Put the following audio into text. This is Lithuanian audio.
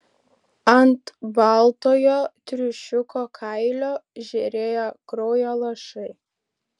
ant baltojo triušiuko kailio žėrėjo kraujo lašai